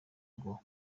ngo